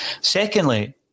Secondly